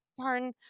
Darn